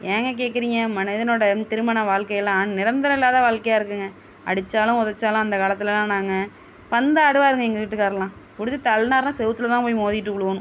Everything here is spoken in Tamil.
ஏங்க கேட்குறீங்க மனிதனோட திருமண வாழ்க்கையெல்லாம் நிரந்தரம் இல்லாத வாழ்க்கையாயிருக்குங்க அடித்தாலும் ஒதைச்சாலும் அந்த காலத்திலலாம் நாங்கள் பந்தாடுவாருங்க எங்கள் வீட்டுக்கார்லாம் பிடிச்சி தள்ளுனாருன்னா சுவுத்துல தான் போய் மோதிட்டு விழுவனும்